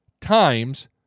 Times